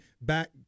back